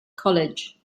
college